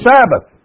Sabbath